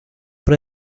but